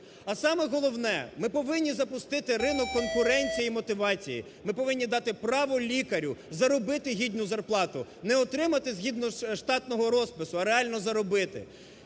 А саме головне, ми повинні запустити ринок конкуренції і мотивації. Ми повинні дати право лікарю заробити гідну зарплату, не отримати, згідно штатного розпису, а реально заробити.